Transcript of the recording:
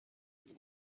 ولی